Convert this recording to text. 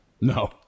No